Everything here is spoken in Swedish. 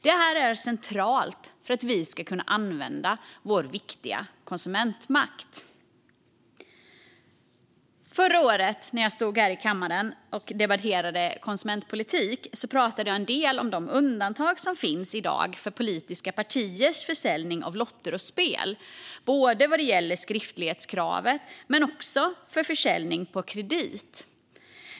Detta är centralt för att vi ska kunna använda vår viktiga konsumentmakt. Förra året när jag stod här i kammaren och debatterade konsumentpolitik pratade jag en del om de undantag som finns för politiska partiers försäljning av lotter och spel vad gäller skriftlighetskravet men också försäljning på kredit.